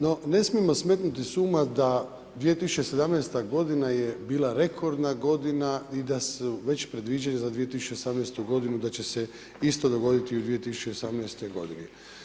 No ne smijemo smetnuti s uma da 2017. godina je bila rekordna godina i da već predviđaju za 2018. godinu da će se isto dogoditi i u 2018. godini.